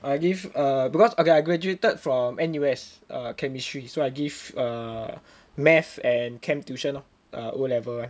I give err because okay I graduated from N_U_S chemistry so I give err math and chem tuition lor o level [one]